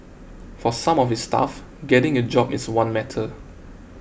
for some of his staff getting a job is one matter